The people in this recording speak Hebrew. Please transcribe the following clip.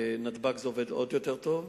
בנתב"ג זה עובד עוד יותר טוב,